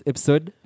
Episode